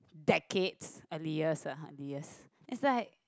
decades earliest ah earliest it's like